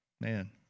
man